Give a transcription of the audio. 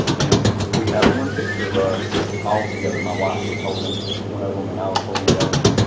and we have one picture of us all together. my wife was holding one of em and i was holding the other one.